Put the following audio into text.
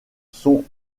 sont